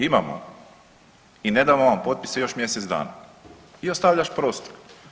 Imamo i ne damo vam potpise još mjesec dana i ostavljaš prostor.